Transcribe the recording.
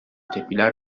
tepkiler